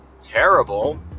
terrible